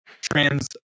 trans